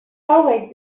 always